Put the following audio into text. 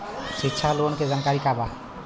शिक्षा लोन के जानकारी का बा?